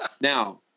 Now